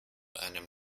einem